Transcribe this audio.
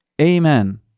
amen